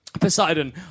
Poseidon